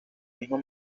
misma